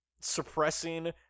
suppressing